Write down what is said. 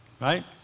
right